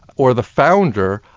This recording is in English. or the founder,